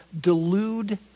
delude